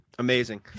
Amazing